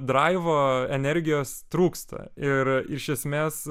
draivo energijos trūksta ir iš esmės